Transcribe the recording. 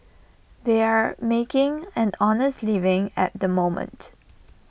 they are making an honest living at the moment